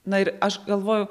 na ir aš galvojau